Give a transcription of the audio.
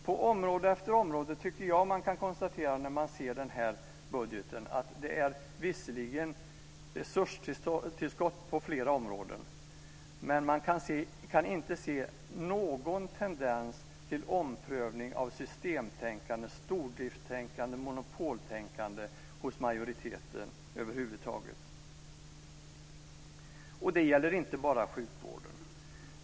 På område efter område kan man konstatera när man ser den här budgeten att det visserligen är resurstillskott, men man kan inte se någon tendens till omprövning av systemtänkande, stordriftstänkande och monopoltänkande hos majoriteten över huvud taget. Det gäller inte bara sjukvården.